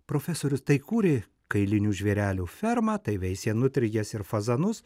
profesorius tai kūrė kailinių žvėrelių fermą tai veisė nutrijas ir fazanus